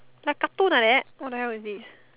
like cartoon like that what the hell is this